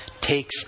takes